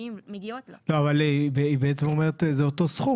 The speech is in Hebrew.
מזכאותו של נכה לסיוע לפי סעיף 9ג,